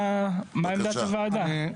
מה עמדת הוועדה?